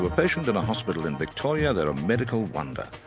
patient in a hospital in victoria they're a medical wonder.